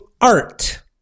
art